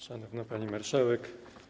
Szanowna Pani Marszałek!